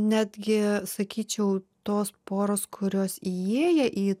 netgi sakyčiau tos poros kurios įėję į